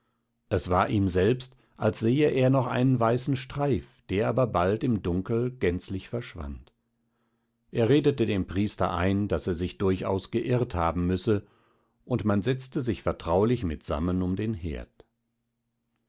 es war ihm selbst als sehe er noch einen weißen streif der aber bald im dunkel gänzlich verschwand er redete dem priester ein daß er sich durchaus geirrt haben müsse und man setzte sich vertraulich mitsammen um den herd